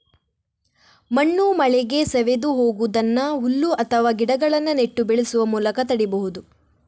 ಮಣ್ಣು ಮಳೆಗೆ ಸವೆದು ಹೋಗುದನ್ನ ಹುಲ್ಲು ಅಥವಾ ಗಿಡಗಳನ್ನ ನೆಟ್ಟು ಬೆಳೆಸುವ ಮೂಲಕ ತಡೀಬಹುದು